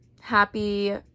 Happy